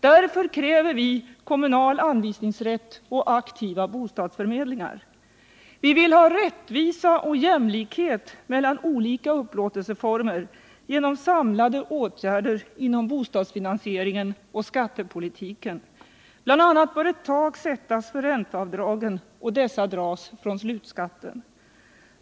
Därför kräver vi kommunal anvisningsrätt och aktiva bostadsför Vi vill ha rättvisa och jämlikhet mellan upplåtelseformerna genom samlade åtgärder inom bostadsfinansieringen och skattepolitiken. Bl. a. bör ett tak sättas för ränteavdragen och dessa dras från slutskatten.